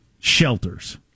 Shelters